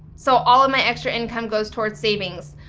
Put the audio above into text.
so all of my extra income goes towards savings.